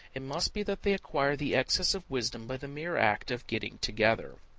it must be that they acquire the excess of wisdom by the mere act of getting together.